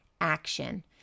action